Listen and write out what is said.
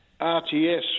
RTS